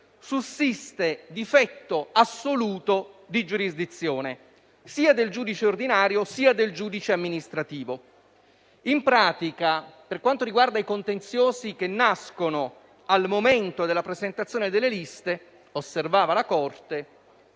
sussiste difetto assoluto di giurisdizione sia del giudice ordinario, sia del giudice amministrativo. In pratica, per quanto riguarda i contenziosi che nascono al momento della presentazione delle liste - osserva la Corte